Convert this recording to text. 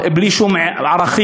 בלי שום ערכים,